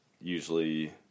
usually